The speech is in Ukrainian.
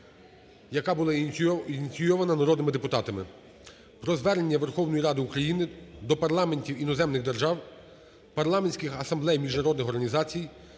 яка була ініційована народними депутатами, про звернення Верховної Ради України до парламентів іноземних держав, парламентських асамблей міжнародних організацій,